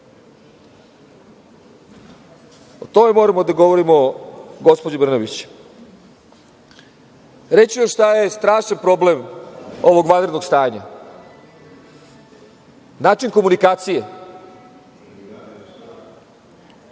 O tome moramo da govorimo, gospođo Brnabić. Reći ću šta je strašan problem ovog vanrednog stanja – način komunikacije.